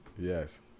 Yes